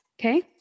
Okay